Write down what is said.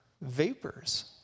vapors